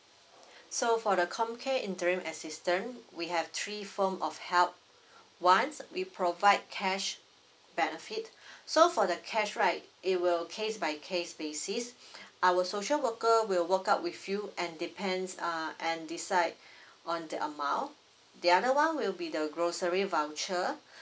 so for the comcare interim assistance we have three form of help one we provide cash benefit so for the cash right it will case by case basis our social worker will work out with you and depends err and decide on the amount the other one will be the grocery voucher